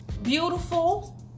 beautiful